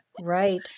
right